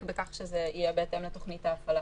בכך שזה יהיה בהתאם לתוכנית ההפעלה?